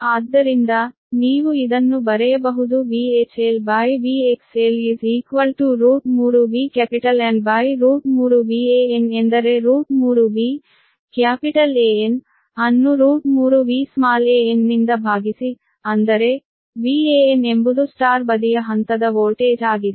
ಆದ್ದರಿಂದ ನೀವು ಇದನ್ನು ಬರೆಯಬಹುದುVHLVXL 3 VAn3 Van ಎಂದರೆ 3 V ಕ್ಯಾಪಿಟಲ್ An ಅನ್ನು 3 V ಸ್ಮಾಲ್ an ನಿಂದ ಭಾಗಿಸಿ ಅಂದರೆ VAn ಎಂಬುದು Y ಬದಿಯ ಹಂತದ ವೋಲ್ಟೇಜ್ ಆಗಿದೆ